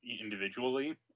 individually